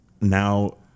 now